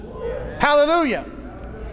Hallelujah